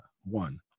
one